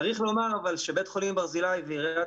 צריך לומר שבית חולים ברזילי ועיריית